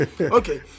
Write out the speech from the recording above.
okay